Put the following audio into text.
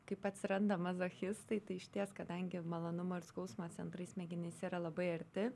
kaip atsiranda mazochistai tai išties kadangi malonumo ir skausmo centrai smegenyse yra labai arti